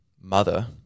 mother